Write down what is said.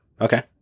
okay